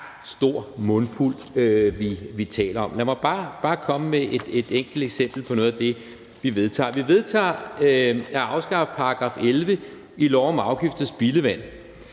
stor mundfuld, vi taler om. Lad mig bare komme med et enkelt eksempel på noget af det, vi vedtager. Vi vedtager at afskaffe § 11 i lov om afgift af spildevand.